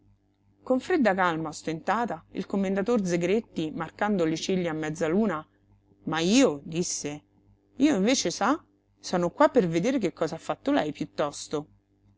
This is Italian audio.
con fredda calma ostentata il commendator zegretti marcando le ciglia a mezzaluna ma io disse io invece sa sono qua per vedere che cosa ha fatto lei piuttosto